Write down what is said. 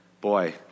Boy